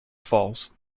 false